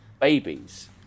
babies